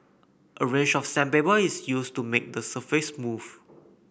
a range of sandpaper is used to make the surface smooth